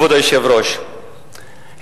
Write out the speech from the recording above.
כבוד היושב-ראש,